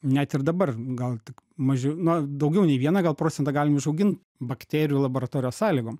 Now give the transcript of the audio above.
net ir dabar gal tik mažiau na daugiau nei vieną gal procentą galim užaugin bakterijų laboratorijos sąlygom